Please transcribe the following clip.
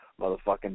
Motherfucking